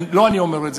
לא אני אומר את זה.